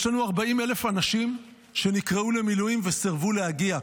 יש לנו 40,000 אנשים שנקראו למילואים וסירבו להגיע,